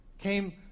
Came